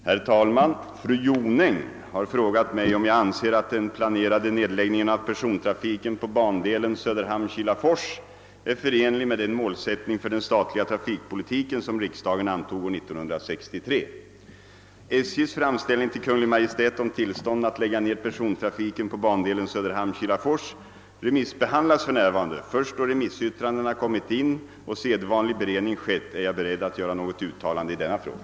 Herr talman! Fru Jonäng har frågat mig, om jag anser att den planerade nedläggningen av persontrafiken på bandelen Söderhamn—Kilafors är förenlig med den målsättning för den statliga trafikpolitiken som riksdagen antog år 1963. SJ:s framställning till Kungl. Maj:t om tillstånd att lägga ned persontrafiken på bandelen Söderhamn—Kilafors remissbehandlas för närvarande. Först då remissyttrandena kommit in och sedvanlig beredning skett är jag beredd att göra något uttalande i denna fråga.